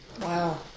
Wow